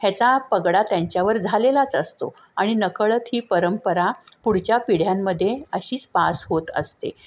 ह्याचा पगडा त्यांच्यावर झालेलाच असतो आणि नकळत ही परंपरा पुढच्या पिढ्यांमध्ये अशीच पास होत असते